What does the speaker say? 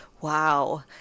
Wow